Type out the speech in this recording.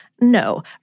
no